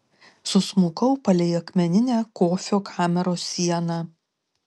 susmukau palei akmeninę kofio kameros sieną